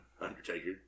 Undertaker